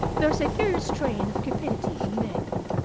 there is a curious strain of cupidity in maggie.